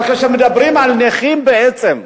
אבל כאשר מדברים על נכים, בעצם,